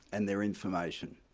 and their information,